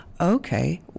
okay